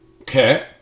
Okay